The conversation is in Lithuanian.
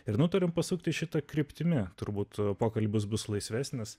ir nutarėm pasukti šita kryptimi turbūt pokalbius bus laisvesnis